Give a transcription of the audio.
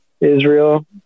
Israel